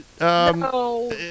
No